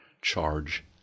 charge